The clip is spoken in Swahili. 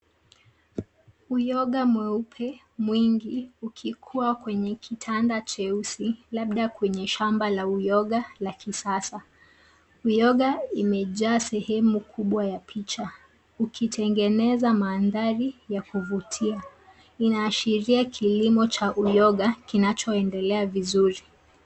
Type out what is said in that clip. Uyoga mweupe mwingi ukikuwa kwenye kitanda cheusi labda kwenye shamba la uyoga la kisasa. Uyoga imejaa sehemu kubwa ya picha ukitengeneza mandhari ya kuvutia ina ashiria kilimo cha uyoga kinanchoendelea vizuri.